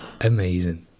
Amazing